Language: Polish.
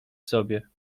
sobie